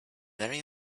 very